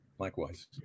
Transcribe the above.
Likewise